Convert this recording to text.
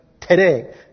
today